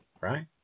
Right